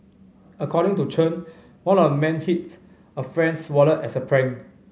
according to Chen one of the men hid a friend's wallet as a prank